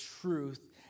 truth